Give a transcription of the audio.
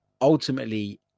ultimately